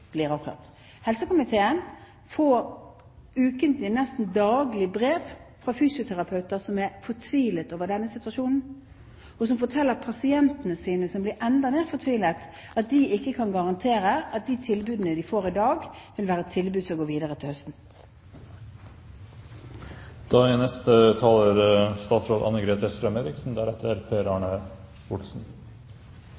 blir avklart. Helsekomiteen får ukentlig – nesten daglig – brev fra fysioterapeuter som er fortvilet over denne situasjonen, og som forteller pasientene sine, som blir enda mer fortvilet, at de ikke kan garantere at de tilbudene en får i dag, vil være tilbud som videreføres til